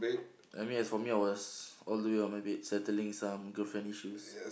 I mean as for me I was all the way on my bed settling some girlfriend issues